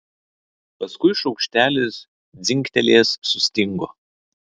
paskui šaukštelis dzingtelėjęs sustingo